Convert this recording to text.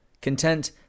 Content